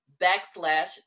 backslash